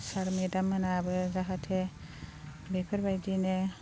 सार मेडाममोनाबो जाहाथे बेफोरबायदिनो